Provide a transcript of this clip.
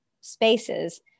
spaces